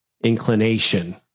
inclination